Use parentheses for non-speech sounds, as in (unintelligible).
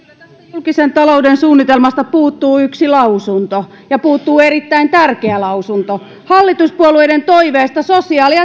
julkisen talouden suunnitelmasta puuttuu yksi lausunto ja puuttuu erittäin tärkeä lausunto hallituspuolueiden toiveesta sosiaali (unintelligible)